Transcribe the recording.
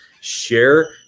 share